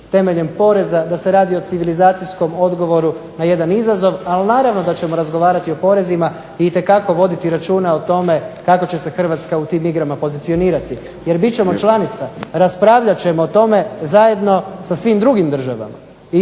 temeljem poreza da se radi o civilizacijskom odgovoru na jedan izazov. Ali naravno da ćemo razgovarati o porezima i itekako voditi računa o tome kako će se Hrvatska u tim igrama pozicionirati jer bit ćemo članica. Raspravljat ćemo o tome zajedno sa svim drugim državama